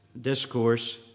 Discourse